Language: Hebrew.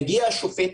מגיע השופט,